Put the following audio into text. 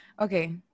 okay